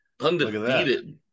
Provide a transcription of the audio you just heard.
Undefeated